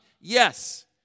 Yes